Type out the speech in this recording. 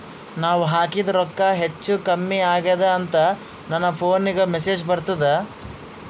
ನಾವ ಹಾಕಿದ ರೊಕ್ಕ ಹೆಚ್ಚು, ಕಮ್ಮಿ ಆಗೆದ ಅಂತ ನನ ಫೋನಿಗ ಮೆಸೇಜ್ ಬರ್ತದ?